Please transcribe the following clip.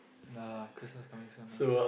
ya lah Christmas coming soon ah